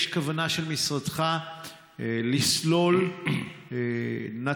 יש כוונה של משרדך לסלול נת"צ,